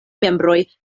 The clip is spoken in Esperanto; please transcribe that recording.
membroj